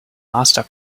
master